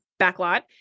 backlot